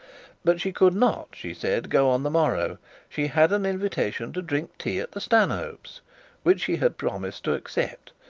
but she could not, she said, go on the morrow she had an invitation to drink tea at the stanhopes which she had promised to accept.